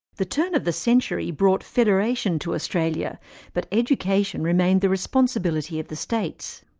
the turn of the century brought federation to australia but education remained the responsibility of the states.